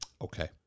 Okay